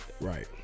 Right